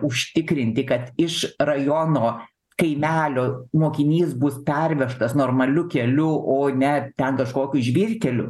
užtikrinti kad iš rajono kaimelio mokinys bus pervežtas normaliu keliu o ne ten kažkokiu žvyrkeliu